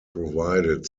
provided